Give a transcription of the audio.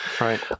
Right